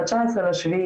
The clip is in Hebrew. ב-19.7,